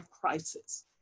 crisis